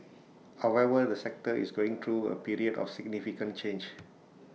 however the sector is going through A period of significant change